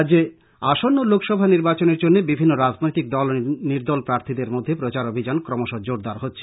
রাজ্যে আসন্ন লোকসভা নির্বাচনের জন্য বিভিন্ন রাজনৈতিক দল ও নির্দল প্রার্থীদের মধ্যে প্রচার অভিযান ক্রমশঃ জোরদার হচ্ছে